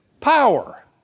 power